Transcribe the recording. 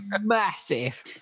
massive